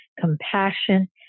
compassion